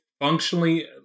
Functionally